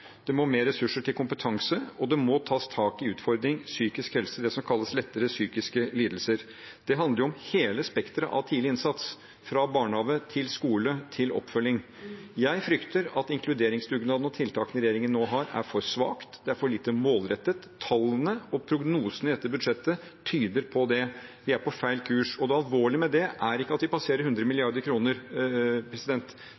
Det må komme mer ressurser til kompetanse. Det må tas tak i utfordringen med psykisk helse, det som kalles «lettere psykiske lidelser». Det handler om hele spekteret av tidlig innsats, fra barnehage til skole til oppfølging. Jeg frykter at dette med inkluderingsdugnaden og tiltakene regjeringen nå har, er for svakt og for lite målrettet. Tallene og prognosene i dette budsjettet tyder på det. Vi er på feil kurs. Det alvorlige med det er ikke at vi passerer 100